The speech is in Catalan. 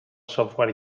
software